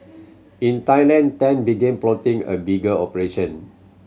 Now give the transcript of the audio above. in Thailand Tan began plotting a bigger operation